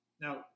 Now